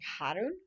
pattern